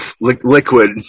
liquid